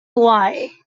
hawaii